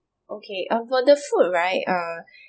okay uh for the food right err